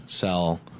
sell